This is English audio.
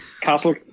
Castle